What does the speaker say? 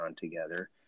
together